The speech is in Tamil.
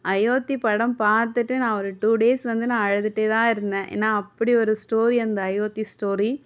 அயோத்தி படம் பார்த்துட்டு நான் ஒரு டூ டேஸ் வந்து நான் அழுதுகிட்டே தான் இருந்தேன் ஏன்னால் அப்படி ஒரு ஸ்டோரி அந்த அயோத்தி ஸ்டோரி